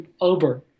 over